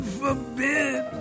forbid